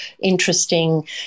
interesting